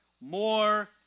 more